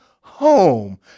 home